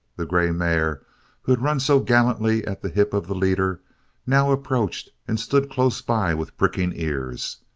the grey mare who had run so gallantly at the hip of the leader now approached and stood close by with pricking ears.